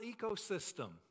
ecosystem